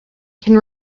could